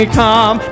come